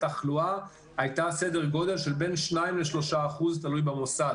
התחלואה הייתה סדר-גודל של בין 2% ל-3% וזה תלוי במוסד.